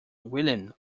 william